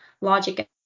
logic